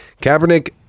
Kaepernick